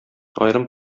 аерым